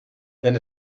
then